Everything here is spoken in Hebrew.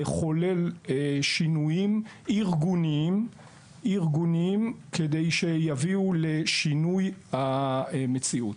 כדי לחולל שינויים ארגוניים שיביאו לשינוי המציאות.